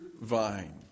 vine